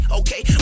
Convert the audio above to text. okay